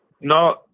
No